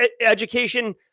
education